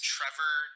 Trevor